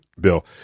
Bill